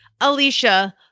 Alicia